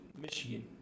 Michigan